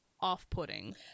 off-putting